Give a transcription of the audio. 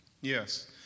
yes